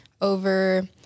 over